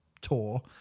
tour